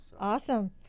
Awesome